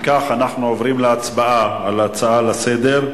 אם כך, אנחנו עוברים להצבעה על ההצעות לסדר-היום: